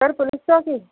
سر police چوکی